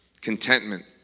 contentment